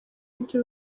ibyo